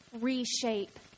reshape